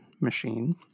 machine